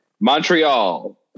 Montreal